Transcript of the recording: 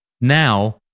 Now